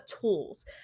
tools